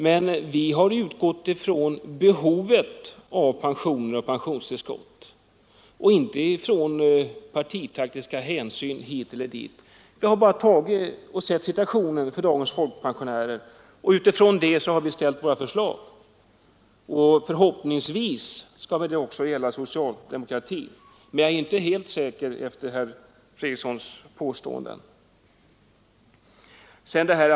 Men vi har utgått från behovet av pensioner och pensionstillskott och inte från partitaktiska hänsyn hit eller dit. Vi har bara sett situationen för folkpensionärerna och utifrån detta ställt våra förslag. Förhoppningsvis borde detta väl också gälla socialdemokratin, men efter herr Fredrikssons påståenden är jag inte helt säker.